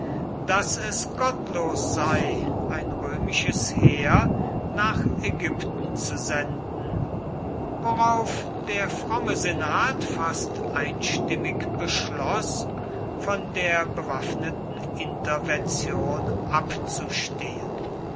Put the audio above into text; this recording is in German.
daß es gottlos sei ein römisches heer nach ägypten zu senden worauf der fromme senat fast einstimmig beschloß von der bewaffneten intervention abzustehen